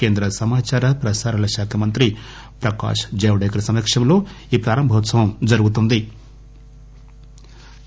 కేంద్ర సమాచార ప్రసారశాఖ మంత్రి ప్రకాశ్ జవదేకర్ సమక్షంలో ప్రారంభోత్సవం జరుగుతుంది